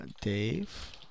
Dave